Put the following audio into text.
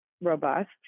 robust